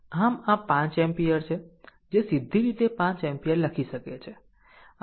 આમ આ 5 એમ્પીયર છે જે સીધી રીતે 5 એમ્પીયર લખી શકે છે